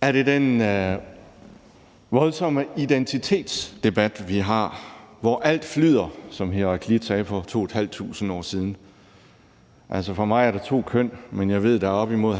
Er det den voldsomme identitetsdebat, hvor vi oplever, at »alt flyder«, som Heraklit sagde for 2.500 år siden? Altså, for mig er der to køn, men jeg ved, at der er op imod